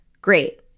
Great